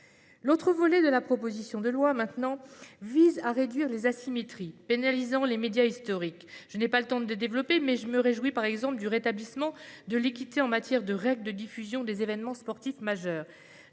L'autre volet de la proposition de loi vise à réduire les asymétries qui pénalisent les médias historiques. Je n'ai pas le temps de développer ce sujet, mais je me réjouis notamment du rétablissement de l'équité en matière de règles de diffusion des événements sportifs majeurs.